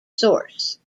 source